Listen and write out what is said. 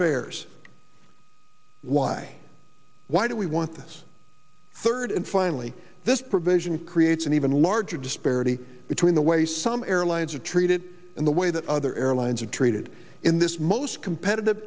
fares why why do we want this third and finally this provision creates an even larger disparity between the way some airlines are treated and the way that other airlines are treated in this most competitive